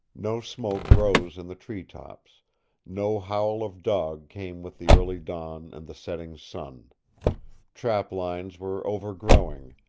no smoke rose in the tree-tops no howl of dog came with the early dawn and the setting sun trap lines were over-growing,